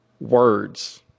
words